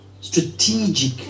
strategic